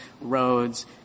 roads